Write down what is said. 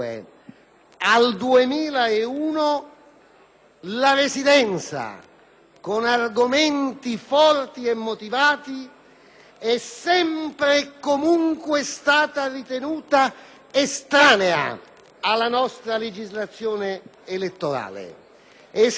la residenza, con argomenti forti e motivati, è sempre e comunque stata ritenuta estranea alla nostra legislazione elettorale. È stata sistematicamente negata